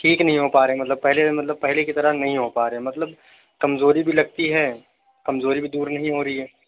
ٹھیک نہیں ہو پا رہے ہیں مطلب پہلے مطلب پہلے کی طرح نہیں ہو پا رہے ہیں مطلب کمزوری بھی لگتی ہے کمزوری بھی دور نہیں ہو رہی ہے